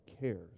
cares